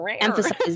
emphasize